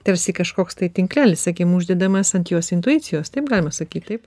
tarsi kažkoks tai tinklelis akim uždedamas ant jos intuicijos taip galima sakyt taip